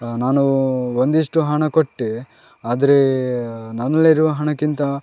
ನಾನು ಒಂದಿಷ್ಟು ಹಣ ಕೊಟ್ಟೆ ಆದರೆ ನನ್ನಲ್ಲಿರುವ ಹಣಕ್ಕಿಂತ